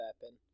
happen